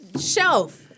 shelf